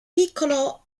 piccolo